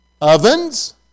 Ovens